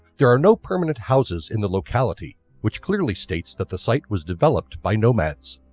there are no permanent houses in the locality which clearly states that the site was developed by nomads.